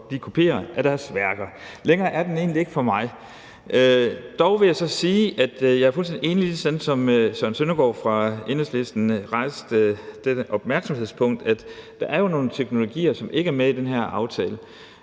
de kopier af deres værker. Længere er den egentlig ikke for mig. Dog vil jeg så sige, at jeg er fuldstændig enig i det, som hr. Søren Søndergaard fra Enhedslisten rejste, nemlig dette opmærksomhedspunkt, at der jo er nogle teknologier, som ikke er med i den her aftale.